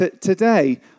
today